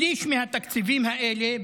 שליש מהתקציבים האלה,